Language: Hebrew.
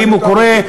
ואם קורה,